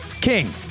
King